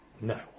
No